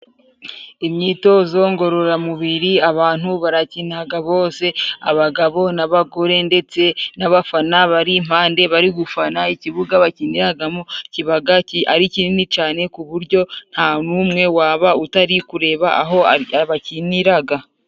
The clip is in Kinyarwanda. Imyitozo ngororamubiri abantu barakinaga bose abagabo n'abagore ndetse n'abafana bari impande bari gufana ikibuga bakiniragamo kibaga ari kinini cane ku buryo nta numwe waba utari kureba aho abakiniraga.